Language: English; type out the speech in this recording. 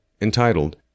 entitled